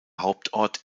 hauptort